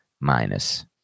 minus